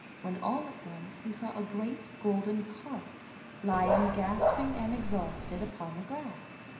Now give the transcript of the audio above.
when all at once he saw a great golden carp lying gasping and exhausted upon the grass.